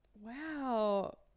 Wow